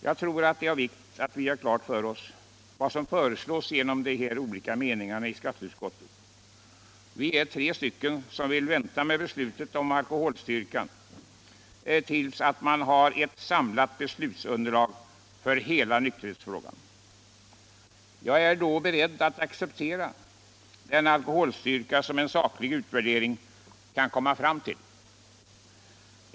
Jag tror att det är av vikt att vi gör klart för oss vad som föreslås genom de olika meningarna i skatteutskottet. Vi är tre ledamöter som vill vänta med beslutet om alkoholstyrkan tills man har ett samlat beslutsunderlag för hela nykterhetsfrågan. Jag är då beredd att acceptera den alkoholstyrka som en saklig utvärdering kan komma fram till.